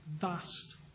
vast